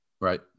Right